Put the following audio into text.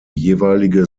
jeweilige